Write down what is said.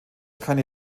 keine